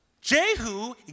Jehu